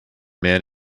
man